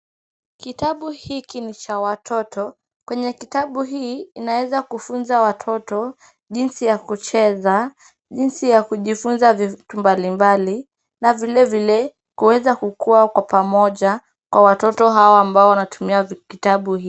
Kitabu hiki ni cha watoto. Kwenye kitabu hii inaweza kufunza watoto jinsi ya kucheza, jinsi ya kujifunza vitu mbali mbali na vile vile kuweza kukuwa kwa pamoja kwa watoto hawa ambao wanatumia kitabu hii.